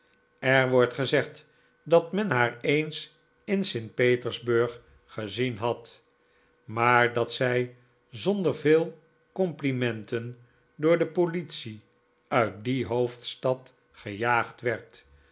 er wordt gezegd dat men haar eens in st petersburg gezien had maar dat zij zonder veel complimenten door de politie uit die hoofdstad gejaagd werd